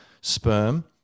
sperm